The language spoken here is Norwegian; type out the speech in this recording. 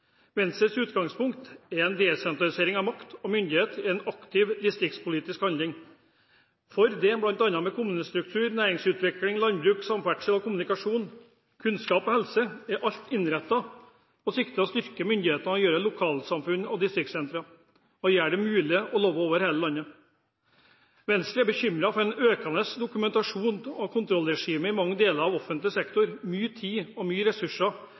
Venstres utgangspunkt er at desentralisering av makt og myndighet er en aktiv distriktspolitisk handling. Venstres politikk for kommunestruktur, næringsutvikling, landbruk, samferdsel og kommunikasjon, kunnskap og helse er alt innrettet med sikte på å styrke og myndiggjøre lokalsamfunn og distriktssentre og gjøre det mulig å leve over hele landet. Venstre er bekymret for et økende dokumentasjons- og kontrollregime i mange deler av offentlig sektor. Mye tid og ressurser